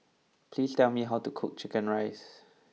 please tell me how to cook Chicken Rice